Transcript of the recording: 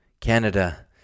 Canada